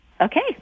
Okay